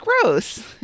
gross